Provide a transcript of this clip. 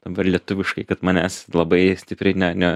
dabar lietuviškai kad manęs labai stipriai ne ne